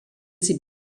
sie